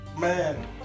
Man